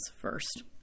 first